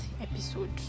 episode